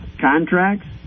Contracts